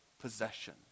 possession